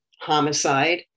homicide